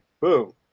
Boom